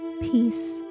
peace